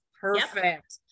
Perfect